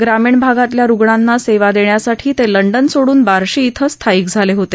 ग्रामीण भागातल्या रुग्णांना सेवा देण्यासाठी ते लंडन सोडून बार्शी इथं स्थायिक झाले होते